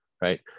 right